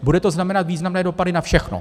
Bude to znamenat významné dopady na všechno.